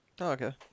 Okay